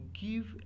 give